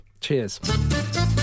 cheers